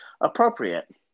appropriate